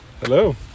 hello